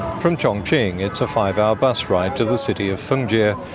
from chongqing it's a five-hour bus ride to the city of fengjie,